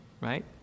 right